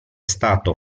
stato